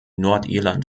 nordirland